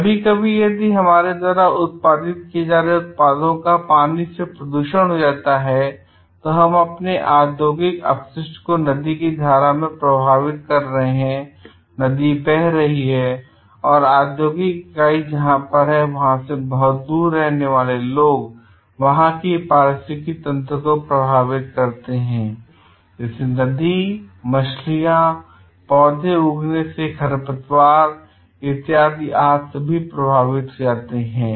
कभी कभी यदि हमारे द्वारा उत्पादित किए जा रहे उत्पादों से पानी प्रदूषित हो जाता है और हम अपने आद्योगिक अपषिस्ट को नदी की धारा में प्रवाहित कर रहे हैं और नदी बह रही है और और औद्योगिक इकाई जहां पर है वहां से बहुत दूर रहने वाले लोग और वहां का पारिस्थितिकी तंत्र प्रभावित होता है नदी मछलियाँ पौधे उगने से खरपतवार इत्यादि सभी प्रभावित हो जाते हैं